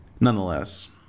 nonetheless